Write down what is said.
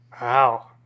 Wow